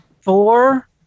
Four